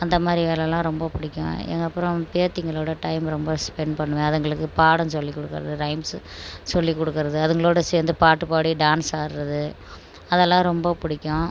அந்த மாதிரி வேலைலாம் ரொம்ப பிடிக்கும் அதுக்கப்புறம் பேத்திங்களோட டைம் ரொம்ப ஸ்பென்ட் பண்ணுவேன் அதுங்களுக்கு பாடம் சொல்லிக் கொடுக்கறது ரைம்ஸு சொல்லிக் கொடுக்கறது அதுங்களோட சேர்ந்து பாட்டு பாடி டான்ஸ் ஆடுறது அதெல்லாம் ரொம்ப பிடிக்கும்